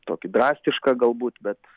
tokį drastišką galbūt bet